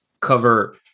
cover